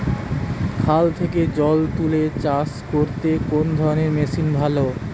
খাল থেকে জল তুলে চাষ করতে কোন ধরনের মেশিন ভালো?